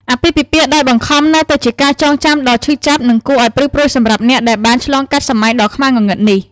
អាពាហ៍ពិពាហ៍ដោយបង្ខំនៅតែជាការចងចាំដ៏ឈឺចាប់និងគួរឱ្យព្រឺព្រួចសម្រាប់អ្នកដែលបានឆ្លងកាត់សម័យដ៏ខ្មៅងងឹតនោះ។